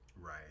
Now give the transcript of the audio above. Right